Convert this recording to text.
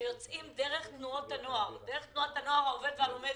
שיוצאים דרך תנועות הנוער העובד והלומד,